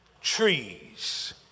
Trees